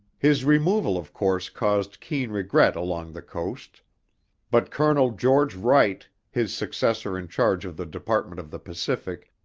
his removal of course caused keen regret along the coast but colonel george wright, his successor in charge of the department of the pacific,